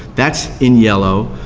that's in yellow.